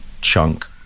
chunk